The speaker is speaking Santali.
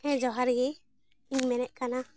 ᱦᱮᱸ ᱡᱚᱦᱟᱨ ᱜᱮ ᱤᱧ ᱢᱮᱱᱮᱫ ᱠᱟᱱᱟ